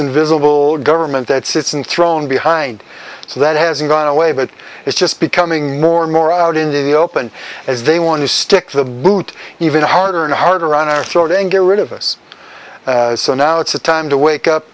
invisible government that sits in throne behind so that hasn't gone away but it's just becoming more and more out in the open as they want to stick to the boot even harder and harder on our throat and get rid of us so now it's time to wake up